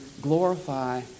glorify